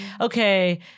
okay